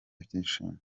ibyishimo